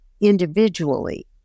individually